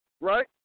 right